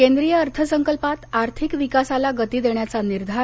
केंद्रीय अर्थसंकल्पात आर्थिक विकासाला गती देण्याचा निर्धार